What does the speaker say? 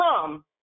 come